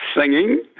singing